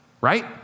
right